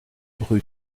rue